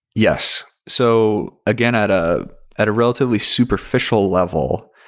yes. so, again, at ah at a relatively superficial level,